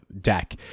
deck